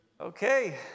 Okay